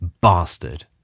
Bastard